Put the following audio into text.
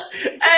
Hey